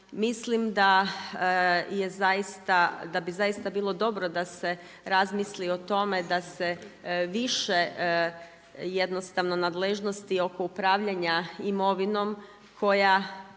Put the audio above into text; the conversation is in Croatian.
mislim da bi zaista bilo dobro da se razmisli o tome da se više jednostavno nadležnosti oko upravljanja imovinom koja